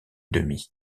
demi